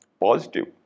positive